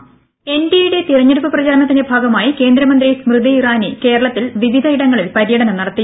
voice എൻഡിഎയുടെ തെരഞ്ഞെടുപ്പ് പ്രചാരണത്തിന്റെ ഭാഗമായി കേന്ദ്രമന്ത്രി സ്മൃതി ഇറാനി കേരളത്തിൽ വിവിധ ഇടങ്ങളിൽ പര്യടനം നടത്തി